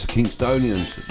Kingstonians